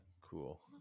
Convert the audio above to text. cool